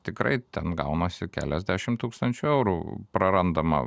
tikrai ten gaunasi keliasdešim tūkstančių eurų prarandama